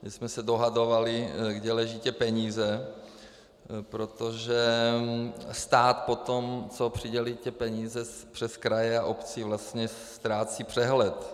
My jsme se dohadovali, kde leží peníze, protože stát potom, co přidělí peníze přes kraje a obce, vlastně ztrácí přehled.